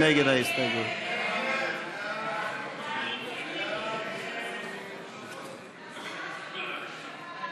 ההסתייגות (230) של חבר הכנסת מוסי רז לסעיף 1 לא נתקבלה.